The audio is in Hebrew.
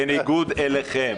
בניגוד אליכם,